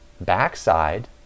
backside